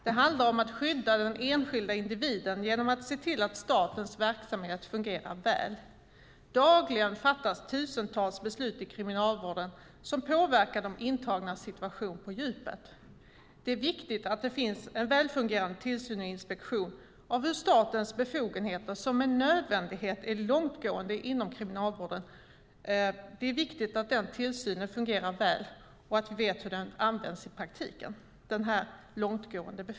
Det handlar om att skydda den enskilda individen genom att se till att statens verksamhet fungerar väl. Dagligen fattas tusentals beslut i Kriminalvården som påverkar de intagnas situation på djupet. Det är viktigt att det finns en välfungerande tillsyn och inspektion av hur statens befogenheter, som med nödvändighet är långtgående inom Kriminalvården, och att vi vet hur den används i praktiken.